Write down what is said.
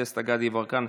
דסטה גדי יברקן,